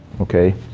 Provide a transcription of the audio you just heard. okay